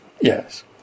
yes